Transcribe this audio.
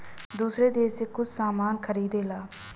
दूसर देस से कुछ सामान खरीदेला